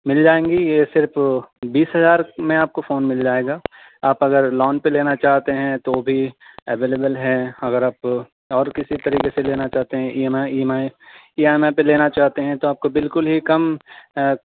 مل جائیں گی یہ صرف بیس ہزار میں آپ کو فون مل جائے گا آپ اگر لون پہ لینا چاہتے ہیں تو بھی ایولیبل ہیں اگر آپ اور کسی طریقے سے لینا چاہتے ہیں ای مائی ای مائی ای ایم آئی پہ لینا چاہتے ہیں تو آپ کو بالکل ہی کم